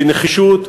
בנחישות,